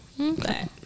okay